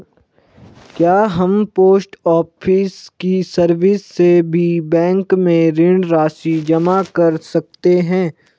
क्या हम post office की सर्विस से भी बैंक में ऋण राशि जमा कर सकते हैं?